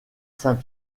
saint